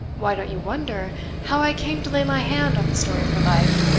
why don't you wonder how i came to lay my hand on the story of her life,